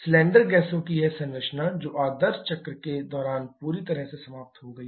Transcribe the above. cylinder गैसों की यह संरचना जो आदर्श चक्र के दौरान पूरी तरह से समाप्त हो गई है